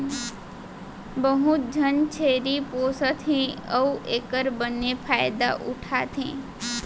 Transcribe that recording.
बहुत झन छेरी पोसत हें अउ एकर बने फायदा उठा थें